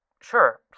Sure